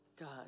God